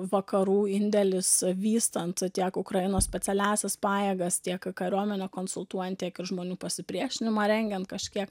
vakarų indėlis vystant tiek ukrainos specialiąsias pajėgas tiek kariuomenę konsultuojant tiek ir žmonių pasipriešinimą rengiant kažkiek